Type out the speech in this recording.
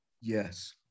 Yes